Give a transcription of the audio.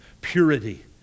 purity